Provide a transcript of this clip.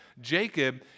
Jacob